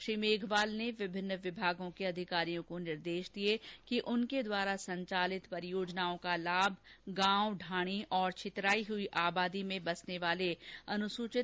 श्री मेघवाल ने विभिन्न विभागों के अधिकारियों को निर्देश दिए कि उनके द्वारा संचालित परियोजनाओं का लाभ गांव ढाणी और छितराई हई आबादी में बसने वाले अनुसूचित जाति वर्ग को जरूर मिले